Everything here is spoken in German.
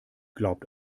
glaubt